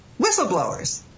whistleblowers